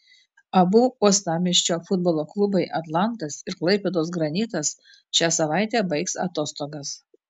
abu uostamiesčio futbolo klubai atlantas ir klaipėdos granitas šią savaitę baigs atostogas